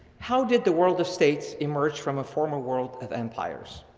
how did the world of states emerge from a former world of empires?